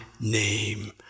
name